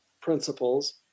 principles